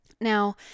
now